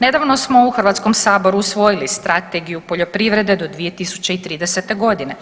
Nedavno smo u Hrvatskom saboru usvojili Strategiju poljoprivrede do 2030. godine.